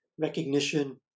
recognition